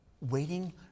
waiting